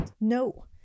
No